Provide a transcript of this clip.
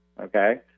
Okay